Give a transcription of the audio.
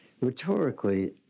Rhetorically